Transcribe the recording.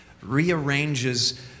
rearranges